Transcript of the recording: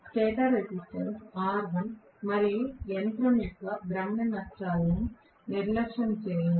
stator resistance R1 మరియు యంత్రం యొక్క భ్రమణ నష్టాలను నిర్లక్ష్యం చేయండి